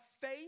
faith